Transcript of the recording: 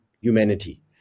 humanity